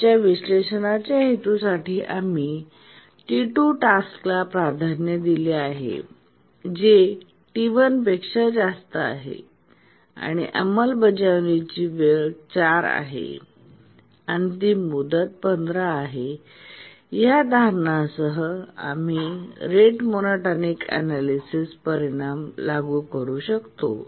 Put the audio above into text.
आमच्या विश्लेषणाच्या हेतूं साठी आम्ही T2 टास्कला प्राधान्य दिले आहे जे T1 पेक्षा जास्त आहे आणि अंमलबजावणीची वेळ 4 आहे आणि अंतिम मुदत 15 आहे आणि या धारणासह आम्ही रेट मोनोटॉनिक अनैलिसिस परिणाम लागू करू शकतो